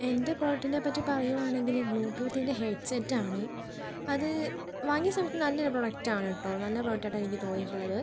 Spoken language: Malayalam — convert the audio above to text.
എൻ്റെ പ്രൊഡക്റ്റിനെ പറ്റി പറയുവാണെങ്കിൽ ബ്ലൂടൂത്തിൻ്റെ ഹെഡ്സെറ്റ് ആണ് അത് വാങ്ങിയ സമയത്ത് നല്ലൊരു പ്രൊഡക്റ്റ് ആണ് കേട്ടോ നല്ല പ്രൊഡക്റ്റ് ആയിട്ടാണ് എനിക്ക് തോന്നിയിട്ടുള്ളത്